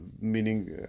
meaning